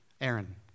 Aaron